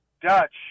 Dutch